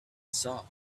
saw